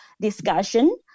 discussion